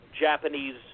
Japanese